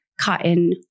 cotton